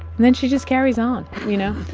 and then she just carries on, you know.